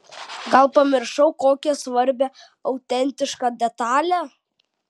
gal pamiršau kokią svarbią autentišką detalę